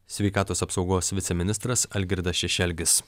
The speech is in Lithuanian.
sveikatos apsaugos viceministras algirdas šešelgis